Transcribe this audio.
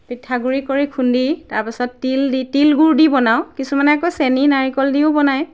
পিঠাগুড়ি কৰি খুন্দি তাৰপাছত তিল দি তিল গুড় দি বনাওঁ কিছুমানে আকৌ চেনি নাৰিকল দিও বনায়